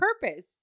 purpose